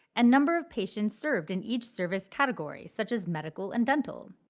and number of patients served in each service category, such as, medical and dental.